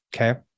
Okay